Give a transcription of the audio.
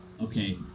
okay